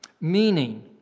Meaning